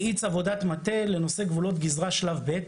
האיץ עבודת מטה לנושא גבולות גזרה שלב ב'.